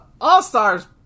All-Stars